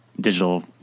digital